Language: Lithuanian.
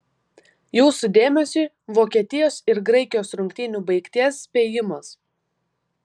jūsų dėmesiui vokietijos ir graikijos rungtynių baigties spėjimas